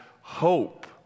hope